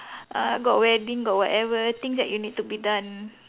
uh got wedding got whatever things that you need to be done